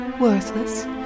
worthless